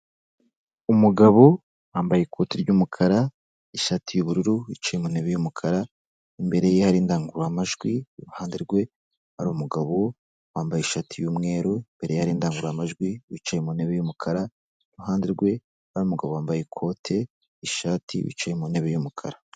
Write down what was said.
Umugabo wambaye ikoti ry'umukara ishati y'ubururu yicaye mu ntebe y'umukara, imbere ye hari indangururamajwi, iruhande rwe hari umugabo wambaye ishati y'umweru, imbere ye hari indangururamajwi, wicaye mu ntebe y'umukara, iruhande rwe hari umugabo wambaye ikote, ishati, wicaye mu ntebe y'umukara.